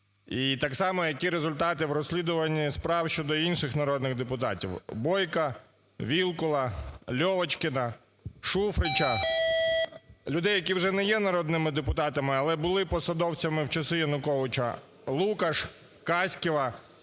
І, так само, які результати в розслідуваннях справ щодо інших народних депутатів: Бойка, Вілкула, Льовочкіна, Шуфрича. Людей, які вже не є народними депутатами, але були посадовцями в часи Януковича: Лукаш, Каськіва,